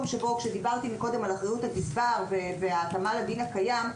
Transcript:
כשדיברתי מקודם על אחריות הגזבר ועל התאמה לדין הקיים,